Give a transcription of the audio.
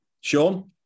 Sean